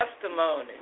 testimony